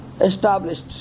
established